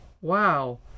wow